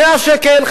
100 שקל,